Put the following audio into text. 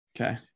Okay